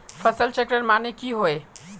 फसल चक्रण माने की होय?